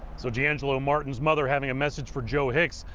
so deangelo martin's mother having a message for joe hicks.